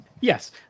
yes